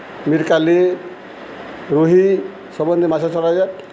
ମିରିକାଳୀ ରୋହି ସବୁ ଏମିତି ମାଛ ଛଡ଼ାଯାଏ